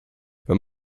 wenn